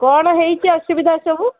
କ'ଣ ହେଇଛି ଅସୁବିଧା ସବୁ